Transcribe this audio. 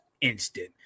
instant